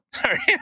Sorry